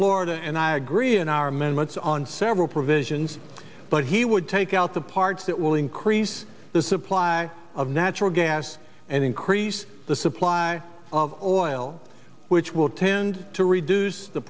florida and i agree in our amendments on several provisions but he would take out the parts that will increase the supply of natural gas and increase the supply of oil which will tend to reduce the